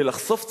בלחשוף צביעות.